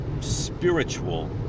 spiritual